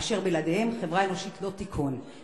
אשר בלעדיהם חברה אנושית לא תיכון".